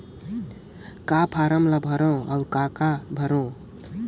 कौन फारम ला भरो और काका भरो?